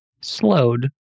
slowed